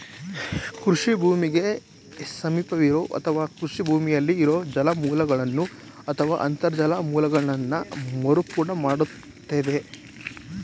ಕೃಷಿ ಭೂಮಿಗೆ ಸಮೀಪವಿರೋ ಅಥವಾ ಕೃಷಿ ಭೂಮಿಯಲ್ಲಿ ಇರುವ ಜಲಮೂಲಗಳನ್ನು ಅಥವಾ ಅಂತರ್ಜಲ ಮೂಲಗಳನ್ನ ಮರುಪೂರ್ಣ ಮಾಡ್ತದೆ